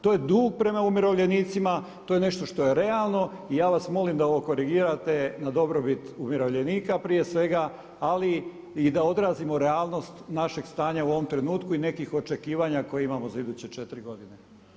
To je dug prema umirovljenicima, to je nešto što je realno i ja vas molim da ovo korigirate na dobrobit umirovljenika prije svega ali i da odrazimo realnost našeg stanja u ovom trenutku i nekih očekivanja koje imamo za iduće četiri godine.